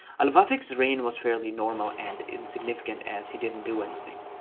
al-wathiq's reign was fairly normal and insignificant as he didn't do anything.